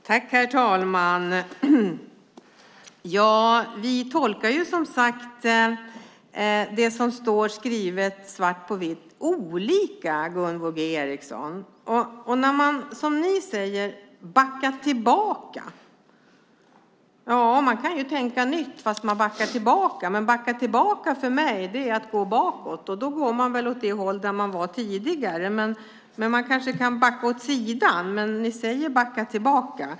Herr talman! Vi tolkar som sagt det som står skrivet svart på vitt olika, Gunvor G Ericson. Ni säger backa tillbaka. Ja, man kan ju tänka nytt fast man backar tillbaka, men att backa tillbaka för mig är att gå bakåt åt det håll man var tidigare. Man kanske kan backa åt sidan, men ni säger backa tillbaka.